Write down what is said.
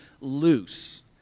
loose